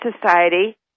society